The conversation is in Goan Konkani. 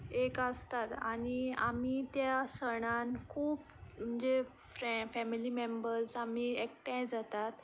एक आसताच आनी आमी त्या सणान खूब म्हणजे फेमिली मेम्बर्स आमी एकठांय जातात